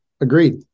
Agreed